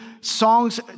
songs